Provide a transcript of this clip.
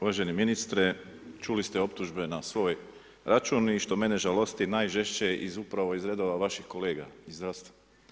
Uvaženi ministre, čuli ste optužbe na svoj račun i što mene žalosti, najžešće iz upravo iz redova vaših kolega iz zdravstva.